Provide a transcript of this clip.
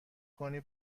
کنی